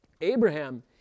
Abraham